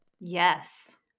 Yes